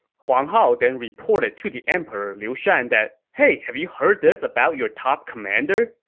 huang hao then reported to the emperor liu shan that hey, have you heard this about your top commander?